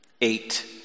Eight